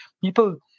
people